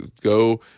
go